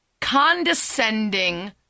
Condescending